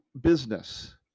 business